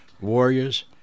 warriors